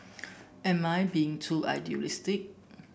am I being too idealistic